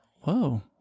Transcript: whoa